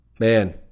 Man